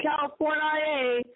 California